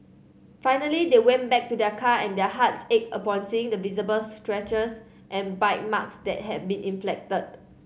finally they went back to their car and their hearts ached upon seeing the visible scratches and bite marks that had been inflicted